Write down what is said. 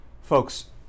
Folks